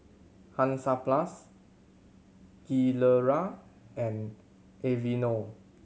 Hansaplast Gilera and Aveeno